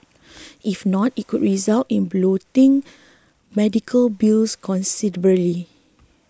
if not it could result in bloating medical bills